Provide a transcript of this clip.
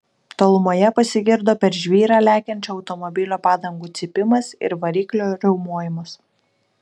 tolumoje pasigirdo per žvyrą lekiančio automobilio padangų cypimas ir variklio riaumojimas